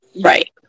Right